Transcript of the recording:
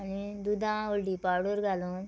आनी दुदां हळदी पावडर घालून